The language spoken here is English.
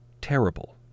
terrible